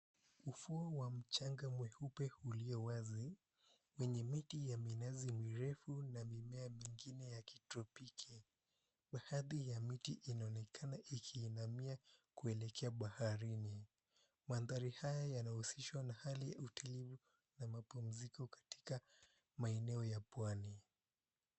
Ufuo wa mchanga mweupe uliowazi wenye miti ya minazi mirefu na mimea mingine ya kitropiki, baadhi ya miti inaonekana ikiinamia kuelekea baharini, mandhari haya yanahusishwa na hali ya utulivu na mapumziko katika maeneo ya pwani.